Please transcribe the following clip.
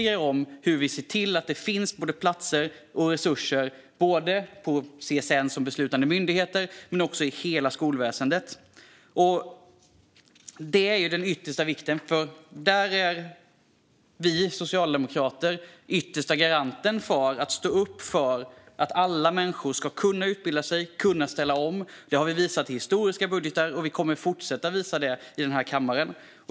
Det gäller hur vi ser till att det finns platser och resurser på såväl CSN som hos beslutande myndigheter men också i hela skolväsendet. Det är av yttersta vikt. Vi socialdemokrater är den yttersta garanten för och står upp för att alla människor ska kunna utbilda sig och kunna ställa om. Det har vi visat historiskt i budgetar, och vi kommer att fortsätta att visa det här i kammaren.